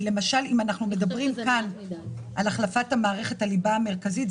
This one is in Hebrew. אם אנחנו מדברים על החלפת מערכת הליבה המרכזית,